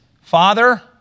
Father